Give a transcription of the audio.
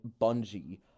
Bungie